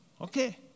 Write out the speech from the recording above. Okay